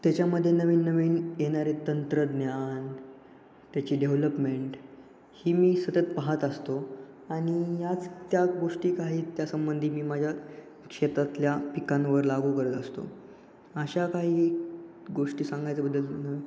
त्याच्यामध्ये नवीन नवीन येणारे तंत्रज्ञान त्याची डेव्हलपमेंट ही मी सतत पाहत असतो आणि याच त्या गोष्टी काही त्यासंबंधी मी माझ्या शेतातल्या पिकांवर लागू करत असतो अशा काही गोष्टी सांगायचं बदल न